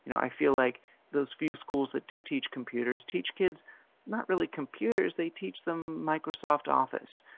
you know i feel like those few schools that do teach computers, teach kids not really computers, they teach them microsoft office,